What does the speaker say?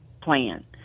plan